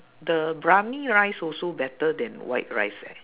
the briyani rice also better than white rice eh